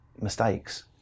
mistakes